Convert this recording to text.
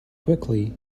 quickly